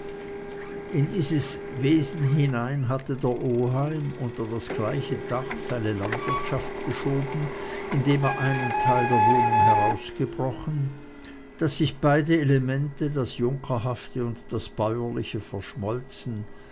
in dieses wesen hinein hatte der oheim unter das gleiche dach seine landwirtschaft geschoben indem er einen teil der wohnung herausgebrochen daß sich beide elemente das junkerhafte und das bäuerliche verschmolzen